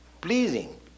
Pleasing